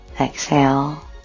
exhale